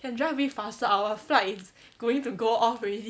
can drive a bit faster our flight is going to go off already